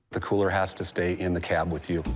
the cooler has to stay in the cab with you.